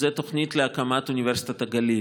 וזאת תוכנית להקמת אוניברסיטת הגליל.